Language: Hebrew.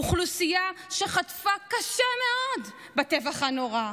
אוכלוסייה שחטפה קשה מאוד בטבח הנורא,